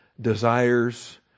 desires